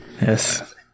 yes